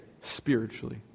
spiritually